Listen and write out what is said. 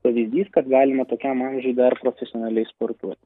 pavyzdys kad galima tokiam amžiuj dar profesionaliai sportuoti